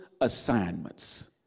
assignments